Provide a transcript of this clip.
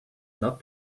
not